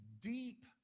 deep